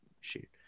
Shoot